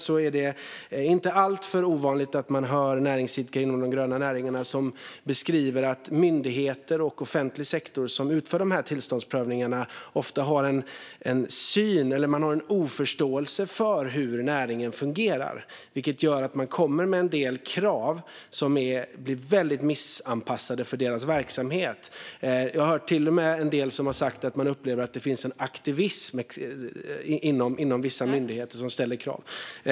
Det är inte alltför ovanligt att man hör näringsidkare inom de gröna näringarna beskriva att myndigheter och offentlig sektor som utför tillståndsprövningarna har en oförståelse för hur näringen fungerar, vilket gör att de kommer med en del krav som är missanpassade för näringsidkarnas verksamhet. Jag har till och med hört en del som har sagt att de upplever att det finns en aktivism inom vissa myndigheter som ställer krav.